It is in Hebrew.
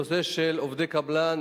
הנושא של עובדי קבלן,